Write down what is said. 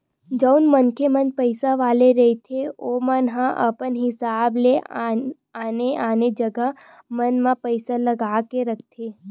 जउन मनखे मन पइसा वाले रहिथे ओमन ह अपन हिसाब ले आने आने जगा मन म पइसा लगा के रखथे